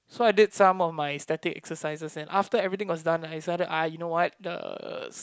so I did some of my static exercises and after everything was done I decided ah you know what the